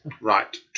right